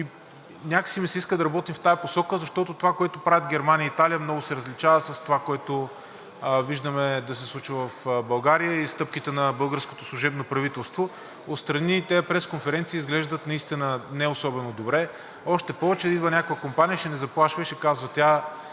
Иска ми се да работим в тази посока, защото това, което правят Германия и Италия, много се различава с това, което виждаме да се случва в България и стъпките на българското служебно правителство. Отстрани тези пресконференции изглеждат наистина неособено добре, още повече да идва някаква компания и ще ни заплашва и ще казва,